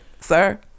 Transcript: sir